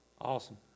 Awesome